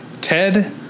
Ted